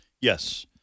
Yes